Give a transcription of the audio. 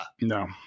No